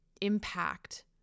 impact